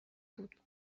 بود